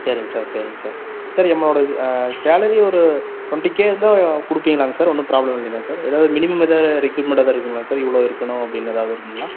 சரிங்க சார் சரிங்க sir sir என்னோட இது சேலரி ஒரு டொண்ட்டி கே இருந்தால் கொடுப்பீங்கலாங் சார் ஒன்றும் ப்ராப்லம் இல்லிலங் சார் எதாவது மினிமம் எதாவது ரெக்யூர்மென்ட் எதாவது இருக்குங்காலங்க சார் இவ்வளோ இருக்கணும் அப்படின்னு ஏதாவது இருக்குங்களா